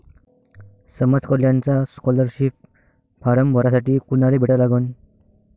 समाज कल्याणचा scholarship form भरासाठी कुनाले भेटा लागन?